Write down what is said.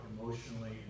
emotionally